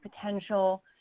potential